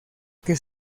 que